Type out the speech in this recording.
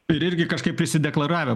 ir irgi kažkaip visi prisideklaravę